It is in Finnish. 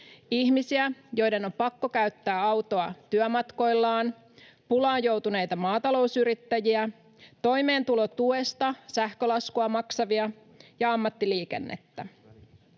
ihmisiä, joiden on pakko käyttää autoa työmatkoillaan, pulaan joutuneita maatalousyrittäjiä, toimeentulotuesta sähkölaskua maksavia ja ammattiliikennettä.